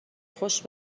خوش